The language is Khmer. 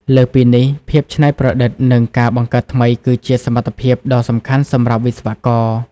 លើសពីនេះភាពច្នៃប្រឌិត និងការបង្កើតថ្មី គឺជាសមត្ថភាពដ៏សំខាន់សម្រាប់វិស្វករ។